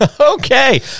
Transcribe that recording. Okay